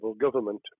government